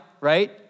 right